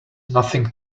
nothing